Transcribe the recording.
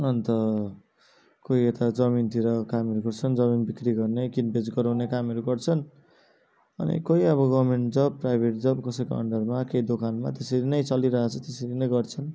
अन्त कोही यता जमिनतिरको कामहरू गर्छन् जमिन बिक्री गर्ने किन बेच गराउने कामहरू गर्छन् अनि केही अब गभर्मेन्ट जब् प्राइभेट जब कसैको अन्डरमा केही दोकानमा त्यसरी नै चलिरहेको छ त्यसरी नै गर्छन्